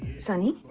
sunny.